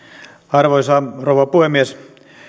arvoisa rouva puhemies